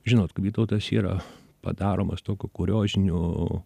žinot vytautas yra padaromas tokiu kurioziniu